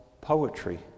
poetry